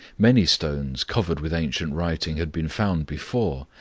many stones covered with ancient writing had been found before,